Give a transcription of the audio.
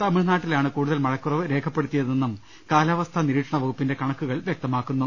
തമിഴ്നാട്ടിലാണ് കൂടുതൽ മഴക്കുറവ് രേഖപ്പെടുത്തി യതെന്നും കാലാവസ്ഥാ നിരീക്ഷണ വകുപ്പിന്റെ കണ ക്കുകൾ വ്യക്തമാക്കുന്നു